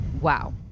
Wow